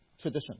tradition